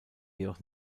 jedoch